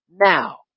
now